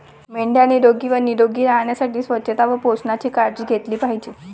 मेंढ्या निरोगी व निरोगी राहण्यासाठी स्वच्छता व पोषणाची काळजी घेतली पाहिजे